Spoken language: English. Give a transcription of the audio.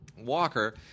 Walker